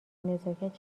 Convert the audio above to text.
نزاکت